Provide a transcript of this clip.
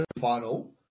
final